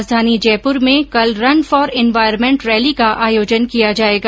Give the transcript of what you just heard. राजधानी जयपुर में कल रन फोर एन्वायरमेंट रैली का आयोजन किया जाएगा